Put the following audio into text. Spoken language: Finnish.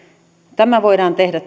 tämä voidaan tehdä